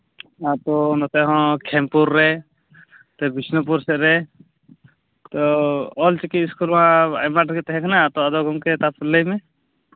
ᱟᱨ ᱱᱚᱛᱮ ᱦᱚᱸ ᱠᱷᱮᱢᱯᱩᱨ ᱨᱮ ᱱᱚᱛᱮ ᱵᱤᱥᱱᱩᱯᱩᱨ ᱥᱮᱫ ᱨᱮ ᱛᱳ ᱚᱞᱪᱤᱠᱤ ᱤᱥᱠᱩᱞ ᱢᱟ ᱟᱭᱢᱟ ᱰᱷᱮᱨ ᱜᱮ ᱛᱟᱦᱮᱸ ᱠᱟᱱᱟ ᱛᱳ ᱟᱫᱚ ᱜᱚᱢᱠᱮ ᱛᱟᱨᱯᱚᱨ ᱟᱫᱚ ᱞᱟᱹᱭᱢᱮ